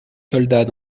soldats